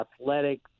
athletic